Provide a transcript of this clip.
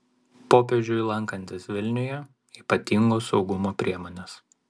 popiežiui lankantis vilniuje ypatingos saugumo priemonės